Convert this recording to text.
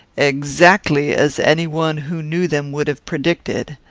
exactly as any one who knew them would have predicted.